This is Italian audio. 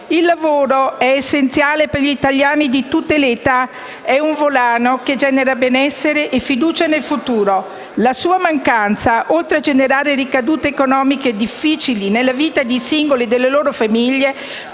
Il lavoro è essenziale per gli italiani di tutte le età. È un volano che genera benessere e fiducia nel futuro. La sua mancanza, oltre a generare ricadute economiche difficili nella vita dei singoli e delle loro famiglie,